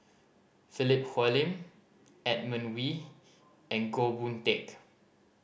Philip Hoalim Edmund Wee and Goh Boon Teck